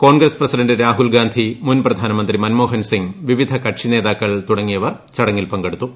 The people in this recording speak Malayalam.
കോൺഗ്രസ് പ്രസിഡന്റ് രാഹുൽ ഗാന്ധി മുൻപ്രധാനമന്ത്രി മൻമോഹൻ സിംഗ് വിവിധ കക്ഷി നേതാക്കൾ തുടങ്ങിയവർ ചടങ്ങിൽ പങ്കെടുത്തു